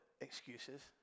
excuses